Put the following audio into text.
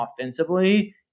offensively